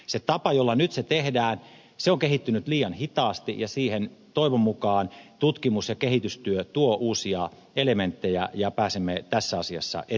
se tapa jolla se nyt tehdään on kehittynyt liian hitaasti ja siihen toivon mukaan tutkimus ja kehitystyö tuo uusia elementtejä ja pääsemme tässä asiassa eteenpäin